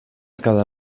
cada